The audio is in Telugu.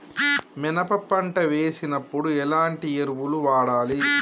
మినప పంట వేసినప్పుడు ఎలాంటి ఎరువులు వాడాలి?